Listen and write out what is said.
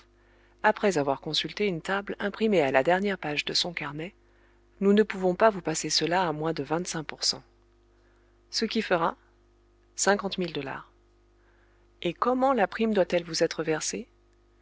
après avoir consulté une table imprimée à la dernière page de son carnet nous ne pouvons pas vous passer cela à moins de vingt-cinq pour cent ce qui fera cinquante mille dollars et comment la prime doit-elle vous être versée